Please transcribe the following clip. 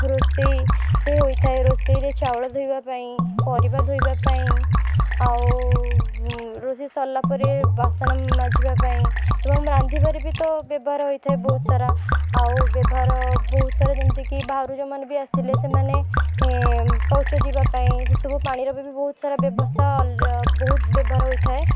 ରୋଷେଇ ହୋଇଥାଏ ରୋଷେଇରେ ଚାଉଳ ଧୋଇବା ପାଇଁ ପରିବା ଧୋଇବା ପାଇଁ ଆଉ ରୋଷେଇ ସରିଲା ପରେ ବାସନ ମାଜିବା ପାଇଁ ଏବଂ ରାନ୍ଧିବାରେ ବି ତ ବ୍ୟବହାର ହୋଇଥାଏ ବହୁତ ସାରା ଆଉ ବ୍ୟବହାର ବହୁତ ସାରା ଯେମିତି କି ବାହାରୁ ଯେଉଁମାନେ ବି ଆସିଲେ ସେମାନେ ଶୌଚ ଯିବା ପାଇଁ ସେସବୁ ପାଣିର ଏବେ ବି ବହୁତ ସାରା ବ୍ୟବସ୍ଥା ଅଲ ବହୁତ ବ୍ୟବହାର ହୋଇଥାଏ